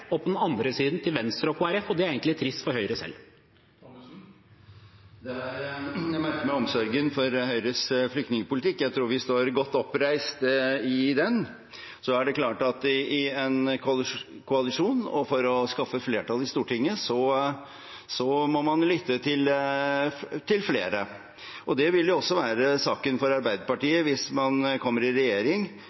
den andre siden har man overlatt til Venstre og Kristelig Folkeparti. Det er trist for Høyre. Jeg merker meg omsorgen for Høyres flyktningpolitikk. Jeg tror vi står godt oppreist i den. Så er det klart at i en koalisjon og for å skaffe et flertall i Stortinget må man lytte til flere. Det vil også være tilfellet for Arbeiderpartiet hvis man kommer i regjering